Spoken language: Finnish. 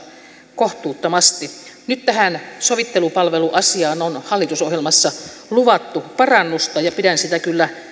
kohtuuttomasti nyt tähän sovittelupalveluasiaan on hallitusohjelmassa luvattu parannusta ja pidän sitä kyllä